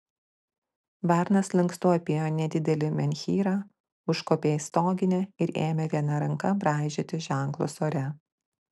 varnas lankstu apėjo nedidelį menhyrą užkopė į stoginę ir ėmė viena ranka braižyti ženklus ore